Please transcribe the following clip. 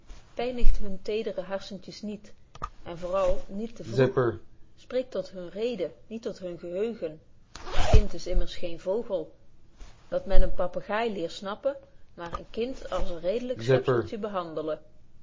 pynigt hunne tedere harssentjes niet en vooral niet te vroeg spreekt tot hunne reden niet tot hun geheugen een kind is immers geen vogel dat men een papegaay leer snappen maar een kind als een redelyk schepzeltje behandele